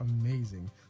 amazing